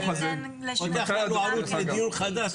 פותח פה ערוץ לדיון חדש.